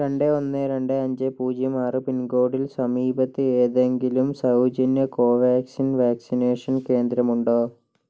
രണ്ട് ഒന്ന് രണ്ട് അഞ്ച് പൂജ്യം ആറ് പിൻകോഡിൽ സമീപത്ത് ഏതെങ്കിലും സൗജന്യ കോവാക്സിൻ വാക്സിനേഷൻ കേന്ദ്രമുണ്ടോ